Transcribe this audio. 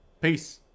peace